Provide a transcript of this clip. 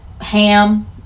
ham